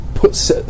Put